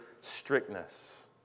strictness